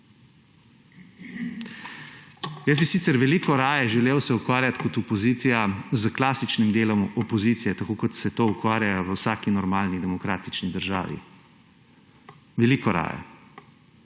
opozicija sicer veliko bolj želel ukvarjati s klasičnim delom opozicije, tako kot se ukvarjajo v vsaki normalni demokratični državi. Veliko raje.